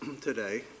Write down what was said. today